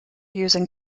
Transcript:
using